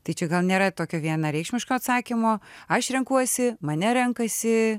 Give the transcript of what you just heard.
tai čia gal nėra tokio vienareikšmiško atsakymo aš renkuosi mane renkasi